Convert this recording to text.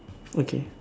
okay